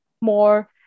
more